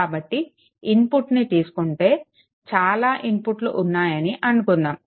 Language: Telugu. కాబట్టి ఇన్పుట్ ని తీసుకుంటే చాలా ఇన్పుట్లు ఉన్నాయని అనుకుందాము